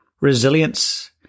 Resilience